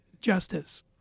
justice